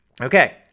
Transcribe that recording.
Okay